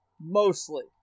mostly